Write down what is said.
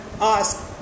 ask